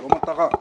לא מטרה.